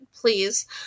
please